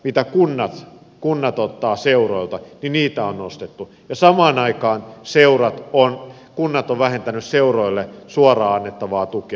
erilaisia salivuokria kenttävuokria mitä kunnat ottavat seuroilta on nostettu ja samaan aikaan kunnat ovat vähentäneet seuroille suoraan annettavaa tukea